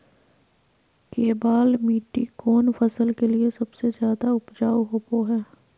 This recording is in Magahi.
केबाल मिट्टी कौन फसल के लिए सबसे ज्यादा उपजाऊ होबो हय?